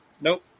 Nope